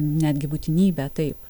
netgi būtinybe taip